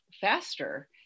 faster